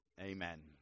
Amen